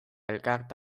elkarte